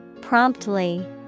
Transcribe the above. Promptly